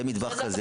זה מטבח כזה.